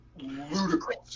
ludicrous